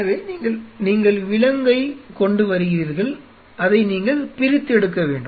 எனவே நீங்கள் விலங்கைக் கொண்டு வருகிறீர்கள் அதை நீங்கள் பிரிக்க வேண்டும்